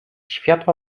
światła